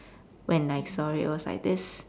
when I saw it was like this